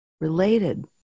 related